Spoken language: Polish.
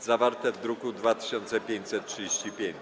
zawarte w druku nr 2535.